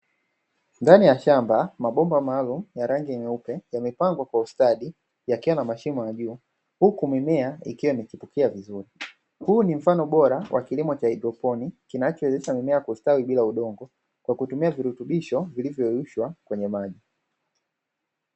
Ndani ya shamba mabomba maalum ya rangi nyeupe, yamepangwa kwa ustadi yakiwa na mshimo ya juu, huku mimea ikiwa imechipukia vizuri. Huu ni mfano bora wa kilimo cha hydroponi kinachowezesha mimea kustawi bila udongo, kwa kutumia virutubisho vilivyoyeyushwa kwenye maji.